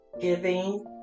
giving